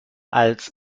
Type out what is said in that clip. als